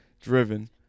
driven